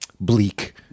bleak